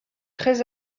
très